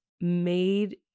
made